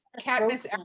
Katniss